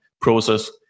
process